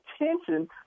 attention